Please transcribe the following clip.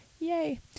Yay